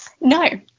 No